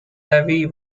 levee